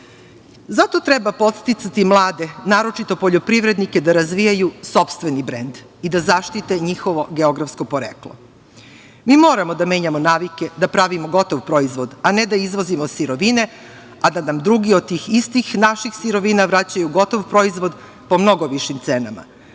Zato treba podsticati i mlade, naročito poljoprivrednike da razvijaju sopstveni brend i da zaštite njihovo geografsko poreklo. Mi moramo da menjamo navike, da pravimo gotov proizvod, a ne da izvozimo sirovine, a da nam drugi od tih istih naših sirovina vraćaju gotov proizvod po mnogo višim cenama.